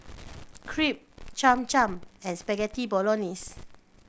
Crepe Cham Cham and Spaghetti Bolognese